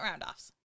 Roundoffs